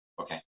Okay